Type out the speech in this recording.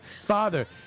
father